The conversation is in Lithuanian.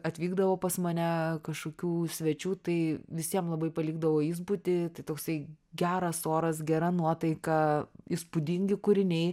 atvykdavo pas mane kažkokių svečių tai visiem labai palikdavo įspūdį tai toksai geras oras gera nuotaika įspūdingi kūriniai